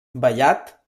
vallat